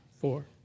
Four